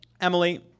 Emily